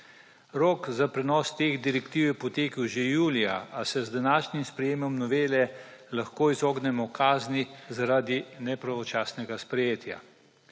Rok za prenos teh direktiv je potekel že julija, a se z današnjim sprejemom novele lahko izognemo kazni zaradi nepravočasnega sprejetja.